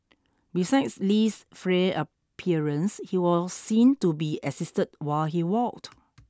besides Li's frail appearance he was seen to be assisted while he walked